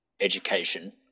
education